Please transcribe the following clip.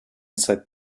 seit